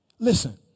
Listen